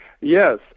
Yes